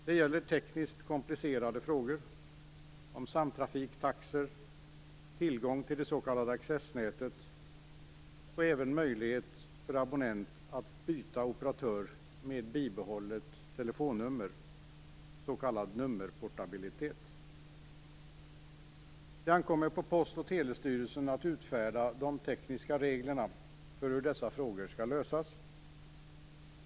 Det gäller tekniskt komplicerade frågor om samtrafiktaxor, tillgång till det s.k. accessnätet och även möjlighet för en abonnent att byta operatör med bibehållet telefonnummer, s.k. nummerportabilitet. Det ankommer på Post och telestyrelsen att utfärda de tekniska reglerna för hur dessa frågor skall lösas.